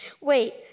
Wait